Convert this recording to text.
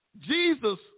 Jesus